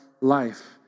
life